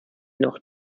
noch